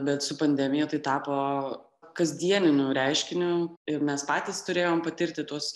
bet su pandemija tai tapo kasdieniniu reiškiniu ir mes patys turėjom patirti tuos